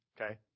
Okay